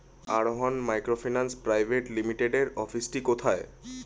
আরোহন microfinance private লিমিটেডের অফিসটি কোথায়?